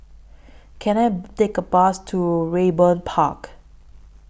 Can I Take A Bus to Raeburn Park